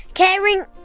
Caring